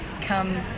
come